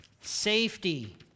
safety